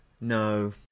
No